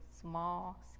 small